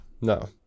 No